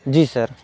جی سر